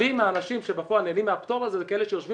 האנשים שבפועל נהנים מהפטור הזה הם כאלה שיושבים